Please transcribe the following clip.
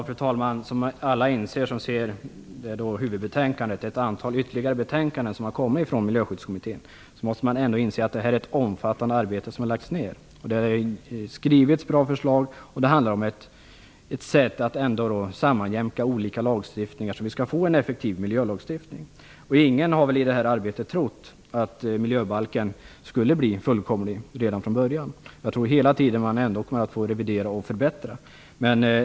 Fru talman! Alla som ser huvudbetänkandet och ytterligare ett antal betänkanden som har kommit från Miljöskyddskommittén måste ändå inse att det har lagts ned ett omfattande arbete. Det har skrivits bra förslag. Det handlar om ett sätt att ändå sammanjämka olika lagstiftningar för att det skall bli en effektiv miljölagstiftning. Ingen har väl i detta arbete trott att miljöbalken skulle bli fullkomlig redan från början? Jag tror att man hela tiden kommer att få revidera och förbättra.